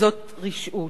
זאת רשעות,